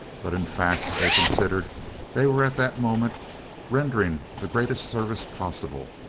but in fact they considered they were at that moment rendering the greatest service possible.